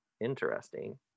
interesting